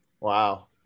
Wow